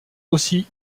aussi